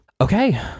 Okay